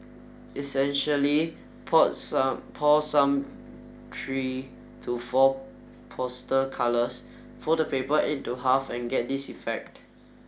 essentially poured some pour some three to four poster colours fold the paper into half and get this effect